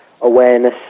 awareness